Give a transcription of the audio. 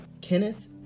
Kenneth